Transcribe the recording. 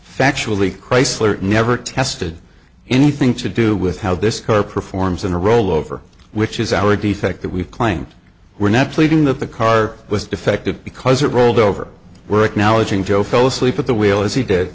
factually chrysler never tested anything to do with how this car performs in a rollover which is our defect that we've claimed we're not pleading that the car was defective because it rolled over we're acknowledging joe fell asleep at the wheel as he did